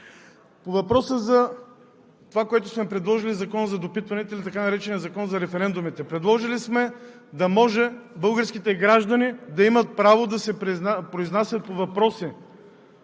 По въпроса за това, което сме предложили – Закон за допитване, или така нареченият Закон за референдумите. Предложили сме да може българските граждани да имат право да се произнасят по въпроси,